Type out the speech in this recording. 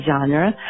genre